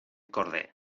corder